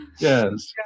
Yes